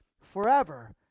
forever